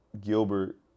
Gilbert